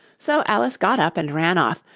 so alice got up and ran off,